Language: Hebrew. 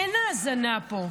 אין האזנה פה,